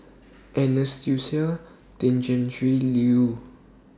Tjendri Liew